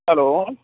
hello